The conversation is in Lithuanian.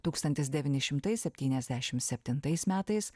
tūkstantis devyni šimtai septyniasdešim septintais metais